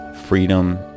freedom